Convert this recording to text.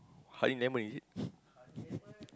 honey lemon is it